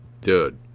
dude